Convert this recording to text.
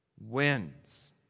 wins